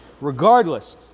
Regardless